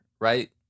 right